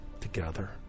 together